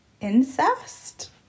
incest